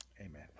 Amen